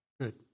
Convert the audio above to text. good